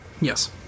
Yes